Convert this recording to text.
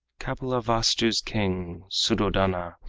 kapilavastu's king, suddhodana,